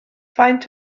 faint